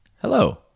Hello